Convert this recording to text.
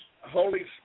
Holy